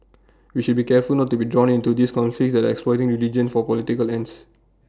we should be careful not to be drawn into these conflicts that are exploiting religion for political ends